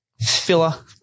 filler